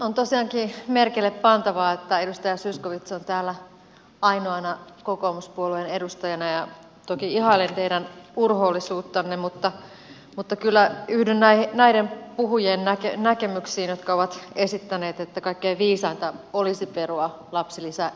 on tosiaankin merkille pantavaa että edustaja zyskowicz on täällä ainoana kokoomuspuolueen edustajana ja toki ihailen teidän urhoollisuuttanne mutta kyllä yhdyn näiden puhujien näkemyksiin jotka ovat esittäneet että kaikkein viisainta olisi perua lapsilisäleikkaus